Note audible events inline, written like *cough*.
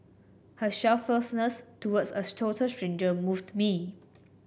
her selflessness towards a *unintelligible* total stranger moved me